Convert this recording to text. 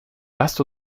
lasst